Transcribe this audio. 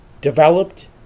Developed